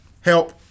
Help